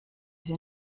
sie